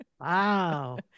Wow